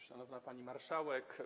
Szanowna Pani Marszałek!